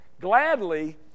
gladly